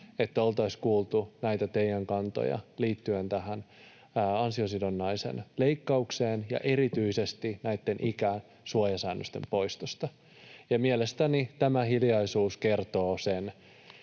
että oltaisiin kuultu näitä teidän kantojanne liittyen tähän ansiosidonnaisen leikkaukseen ja erityisesti näitten ikäsuojasäännösten poistoon. Mielestäni tämä hiljaisuus kertoo sen